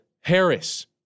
Harris